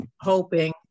hoping